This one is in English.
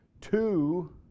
Two